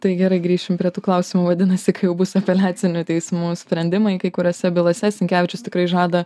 tai gerai grįšim prie tų klausimų vadinasi kai jau bus apeliacinio teismų sprendimai kai kuriose bylose sinkevičius tikrai žada